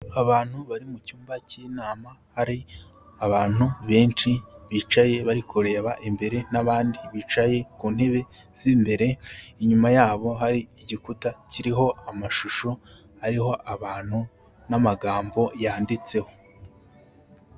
Abantu bari mu cyumba cy'inama hari abantu benshi bicaye bari kureba imbere nabandi bicaye ku ntebe z'imbere, inyuma yabo hari igikuta kiriho amashusho hariho abantu n'amagambo yanditseho.